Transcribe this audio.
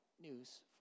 news